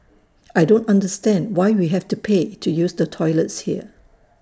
I don't understand why we have to pay to use the toilets here